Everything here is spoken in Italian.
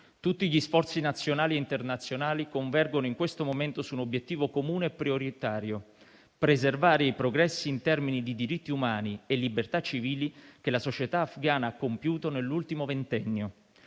tutti gli sforzi nazionali e internazionali convergono in questo momento su un obiettivo comune e prioritario: preservare i progressi in termini di diritti umani e libertà civili che la società afghana ha compiuto nell'ultimo ventennio,